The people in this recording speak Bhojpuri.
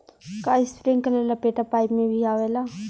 का इस्प्रिंकलर लपेटा पाइप में भी आवेला?